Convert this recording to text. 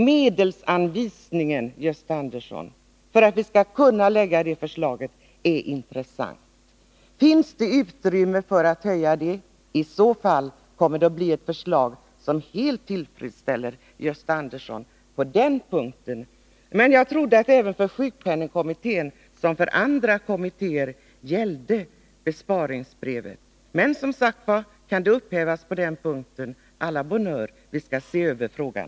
Medelsanvisningen för att vi skall kunna lägga fram det förslaget är av vikt. Finns det utrymme för att höja det anslaget? I så fall kommer det att bli ett förslag på den punkten som helt tillfredsställer Gösta Andersson. Jag trodde emellertid att besparingsbrevet gällde även för sjukpenningkommittén, lika väl som för andra kommittéer. Men, som sagt var: Kan det upphävas på den punkten, så å la bonne heure — vi skall se över frågan.